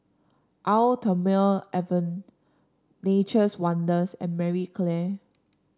Eau Thermale Avene Nature's Wonders and Marie Claire